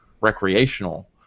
recreational